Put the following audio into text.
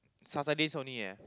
Saturdays only eh